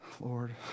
Lord